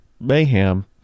Mayhem